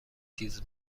تیز